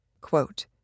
quote